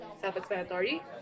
Self-explanatory